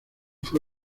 fue